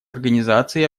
организацией